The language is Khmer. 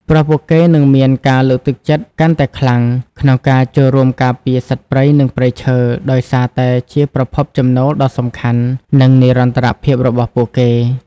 ព្រោះពួកគេនឹងមានការលើកទឹកចិត្តកាន់តែខ្លាំងក្នុងការចូលរួមការពារសត្វព្រៃ និងព្រៃឈើ ដោយសារតែវាជាប្រភពចំណូលដ៏សំខាន់ និងនិរន្តរភាពរបស់ពួកគេ។